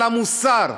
על המוסר,